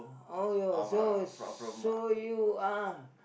oh yo so so you uh